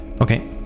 Okay